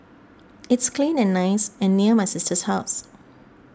it's clean and nice and near my sister's house